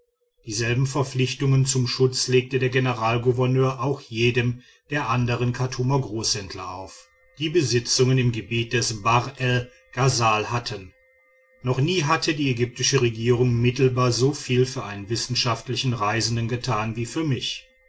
dieselben verpflichtungen zum schutz legte der generalgouverneur auch jedem der andern chartumer großhändler auf die besitzungen im gebiet des bahr el ghasal hatten noch nie hatte die ägyptische regierung mittelbar so viel für einen wissenschaftlichen reisenden getan wie für mich